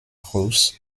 ruß